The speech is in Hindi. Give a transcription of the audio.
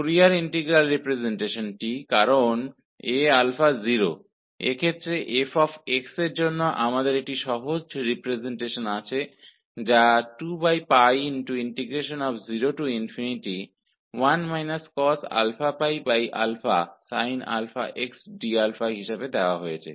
फोरियर इंटीग्रल रिप्रजेंटेशन क्योंकि Aα 0 है इसलिए इस केस में हमारे पास f के लिए एक सरलरिप्रजेंटेशन है जो 2 01 cos sinx d द्वारा दर्शाया गया है